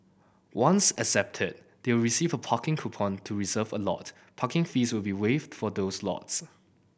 once accepted they will receive a parking coupon to reserve a lot Parking fees will be waived for these lots